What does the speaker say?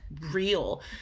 real